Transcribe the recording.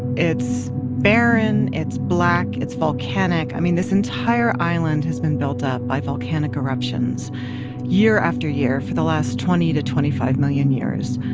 it's barren it's black. it's volcanic. i mean, this entire island has been built up by volcanic eruptions year after year for the last twenty to twenty five million years.